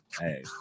hey